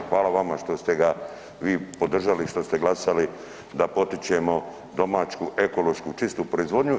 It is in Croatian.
Hvala vama što ste ga vi podržali i što ste glasali da potičemo domaću ekološku čistu proizvodnju.